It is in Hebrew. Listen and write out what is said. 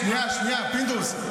שנייה, פינדרוס.